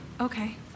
okay